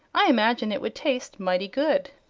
i imagine it would taste mighty good.